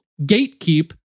gatekeep